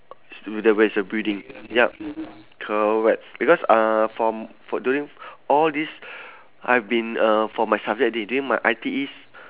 to the rest of building yup correct because uh from for during all this I've been uh for my subject d~ during my I_T_Es